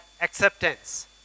acceptance